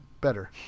better